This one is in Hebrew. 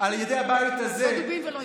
הבית הזה, לא דובים ולא יער.